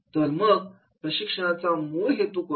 तर मग प्रशिक्षणाचा मूळ हेतू कोणता